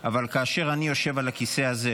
אבל כאשר אני יושב על הכיסא הזה,